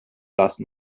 lassen